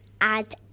add